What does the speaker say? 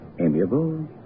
amiable